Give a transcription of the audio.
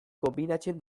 konbinatzen